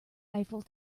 eiffel